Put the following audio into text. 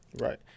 Right